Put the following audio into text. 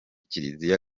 kiliziya